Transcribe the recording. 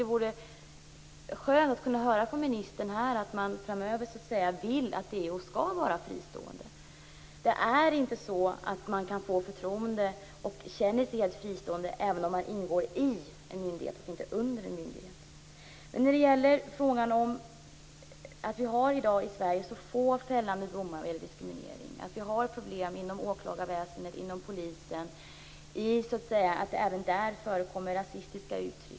Det vore skönt att här höra från ministern att man vill att DO framöver skall vara fristående. Det går inte att få förtroende och att känna sig helt fristående, även om DO ingår i och inte under en myndighet. Vi har i dag i Sverige få fällande domar om diskriminering. Vi har problem inom åklagarväsendet och inom polisen. Även där förekommer rasistiska uttryck.